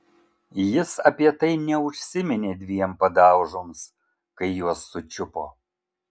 jis apie tai neužsiminė dviem padaužoms kai juos sučiupo